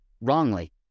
Wrongly